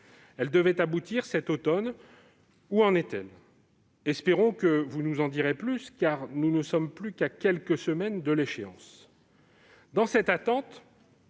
Elle devait aboutir cet automne. Où en est-elle ? Espérons que vous nous en direz plus, car nous ne sommes plus qu'à quelques semaines de l'échéance. Dans cette attente,